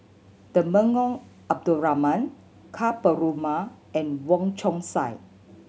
Temenggong Abdul Rahman Ka Perumal and Wong Chong Sai